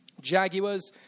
Jaguars